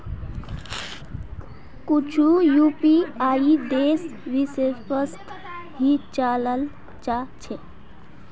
कुछु यूपीआईक देश विशेषत ही चलाल जा छे